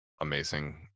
amazing